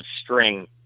string